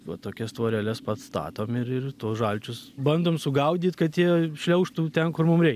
va tokias tvoreles pastatom ir tuos žalčius bandom sugaudyt kad jie šliaužtų ten kur mum reik